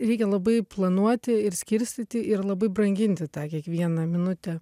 reikia labai planuoti ir skirstyti ir labai branginti tą kiekvieną minutę